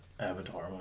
Avatar